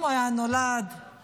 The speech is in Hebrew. אם הוא היה נולד למשפחה